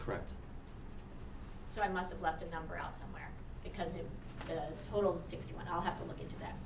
correct so i must have left a number out somewhere because it is a total sixty one i'll have to look into that